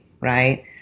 right